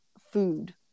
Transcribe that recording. food